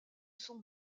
son